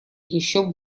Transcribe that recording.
еще